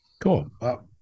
cool